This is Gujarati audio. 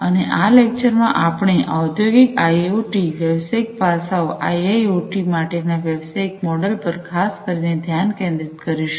અને આ લેકચરમાં આપણે ઔધોગિક આઇઓટી વ્યવસાયિક પાસાઓ આઇઆઈઓટી માટેના વ્યવસાયિક મોડેલ પર ખાસ કરીને ધ્યાન કેન્દ્રિત કરીશું